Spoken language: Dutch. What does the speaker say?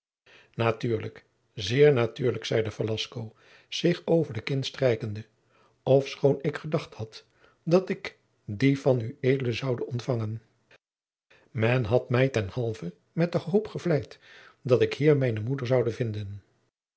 natuurlijk zeer natuurlijk zeide velasco zich over de kin strijkende ofschoon ik gedacht had dat ik die van ued zoude ontfangen men had mij ten halve met de hoop gevleid dat ik hier mijne moeder zoude vinden